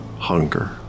Hunger